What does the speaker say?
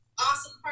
awesome